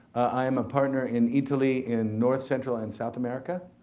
i am a partner in eataly in north central and south america.